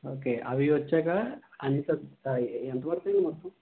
okay అవి వచ్చాక అన్నీ సబ్జెక్ట్స్ ఎంత పడుతాయి మొత్తం